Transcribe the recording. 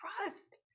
trust